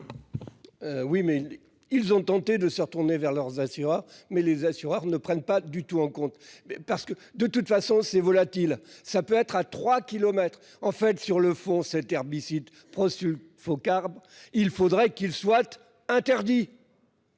Oui mais ils ont tenté de se retourner vers leurs assureurs. Mais les assureurs ne prennent pas du tout en compte, mais parce que de toute façon ces volatiles, ça peut être à 3 kilomètres en fait sur le fond cet herbicide prosulfocarbe il faudrait qu'il soit interdit.